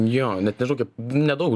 jo net nežnau kaip nedaug